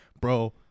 bro